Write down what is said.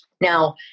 now